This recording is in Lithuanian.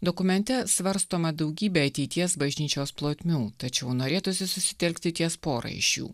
dokumente svarstoma daugybė ateities bažnyčios plotmių tačiau norėtųsi susitelkti ties pora iš jų